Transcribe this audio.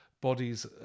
bodies